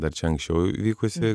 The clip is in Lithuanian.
dar čia anksčiau įvykusi